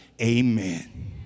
amen